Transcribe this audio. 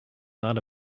not